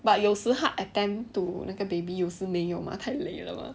but 有时他 attend to 那个 baby 有时没有 mah 太累了吧